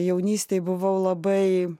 jaunystėj buvau labai